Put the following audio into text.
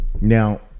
Now